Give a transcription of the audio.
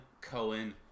Cohen